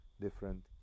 different